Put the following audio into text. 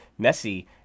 Messi